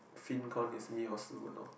fin con is me or Si-Wen lor